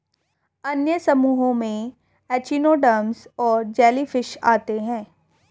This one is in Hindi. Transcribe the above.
अन्य समूहों में एचिनोडर्म्स और जेलीफ़िश आते है